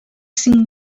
cinc